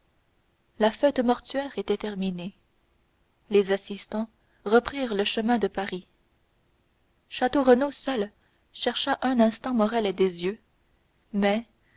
la fête mortuaire était terminée les assistants reprirent le chemin de paris château renaud seul chercha un instant morrel des yeux mais